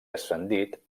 ascendit